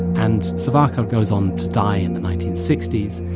and savarkar goes on to die in the nineteen sixty s,